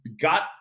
got